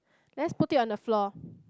let's put it on the floor